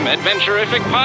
Adventurific